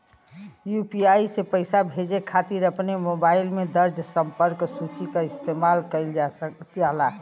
UPI से पइसा भेजे खातिर अपने मोबाइल में दर्ज़ संपर्क सूची क इस्तेमाल कइल जा सकल जाला